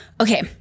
Okay